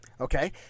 Okay